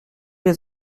les